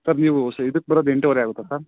sir ನೀವು ಸ ಇದಕ್ಕೆ ಬರೋದು ಎಂಟೂವರೆ ಆಗುತ್ತಾ ಸರ್